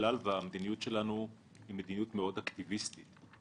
המדיניות שלנו היא מדיניות מאוד אקטיביסטית.